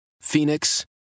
Phoenix